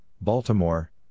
Baltimore